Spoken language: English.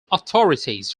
authorities